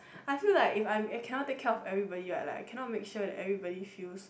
I feel like if I'm I cannot take care of everybody right I cannot make sure that everybody feels